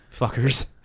fuckers